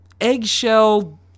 eggshell